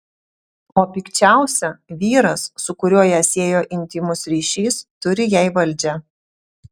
o pikčiausia vyras su kuriuo ją siejo intymus ryšys turi jai valdžią